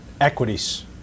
Equities